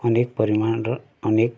ଅନେକ ପରିମାଣର ଅନେକ